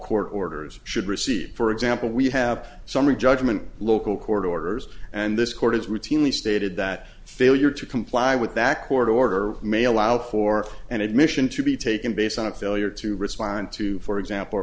court orders should receive for example we have summary judgment local court orders and this court has routinely stated that failure to comply with that court order may allow for an admission to be taken based on a failure to respond to for example or